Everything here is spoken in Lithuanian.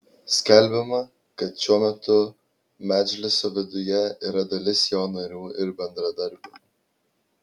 skelbiama kad šiuo metu medžliso viduje yra dalis jo narių ir bendradarbių